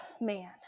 man